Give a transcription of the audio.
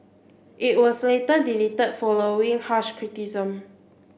it was later deleted following harsh criticism